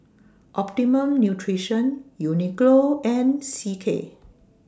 Optimum Nutrition Uniqlo and C K